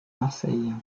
marseille